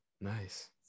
Nice